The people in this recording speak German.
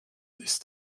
ist